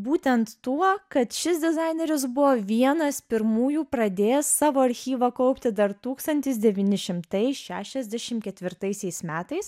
būtent tuo kad šis dizaineris buvo vienas pirmųjų pradėjęs savo archyvą kaupti dar tūkstantis devyni šimtai šešiasdešim ketvirtaisiais metais